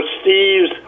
Steve's